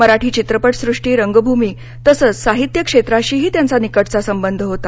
मराठी चित्रपटसृष्टी रंगभूमी तसच साहित्य क्षेत्राशीही त्यांचा निकटचा संबंध होता